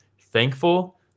thankful